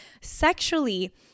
Sexually